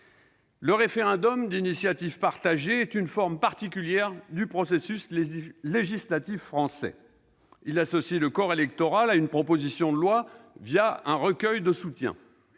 Le référendum d'initiative partagée est une forme particulière du processus législatif français. Il associe le corps électoral à une proposition de loi, via un recueil de soutiens.